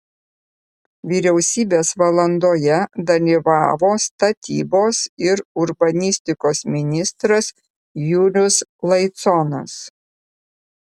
vyriausybės valandoje dalyvavo statybos ir urbanistikos ministras julius laiconas